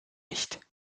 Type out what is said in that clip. nicht